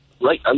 right